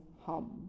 Hum